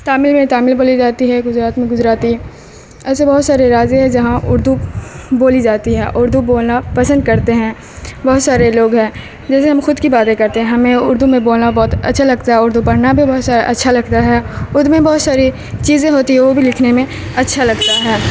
تامل میں تامل بولی جاتی ہے گجرات میں گجراتی ایسے بہت سارے راجیہ ہیں جہاں اردو بولی جاتی ہے اردو بولنا پسند کرتے ہیں بہت سارے لوگ ہیں جیسے ہم خود کی باتیں کرتے ہیں ہمیں اردو میں بولنا بہت اچھا لگتا ہے اردو پڑھنا بھی بہت سا اچھا لگتا ہے ارد میں بہت ساری چیزیں ہوتی ہیں وہ بھی لکھنے میں اچھا لگتا ہے